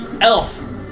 elf